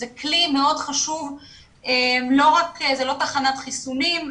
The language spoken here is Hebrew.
זה לא תחנת חיסונים,